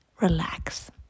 relax